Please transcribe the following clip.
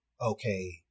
okay